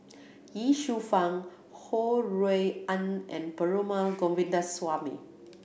Ye Shufang Ho Rui An and Perumal Govindaswamy